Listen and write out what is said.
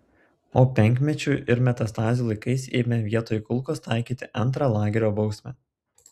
o penkmečių ir metastazių laikais ėmė vietoj kulkos taikyti antrą lagerio bausmę